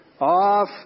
off